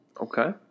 Okay